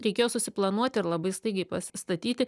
reikėjo susiplanuot ir labai staigiai pasistatyti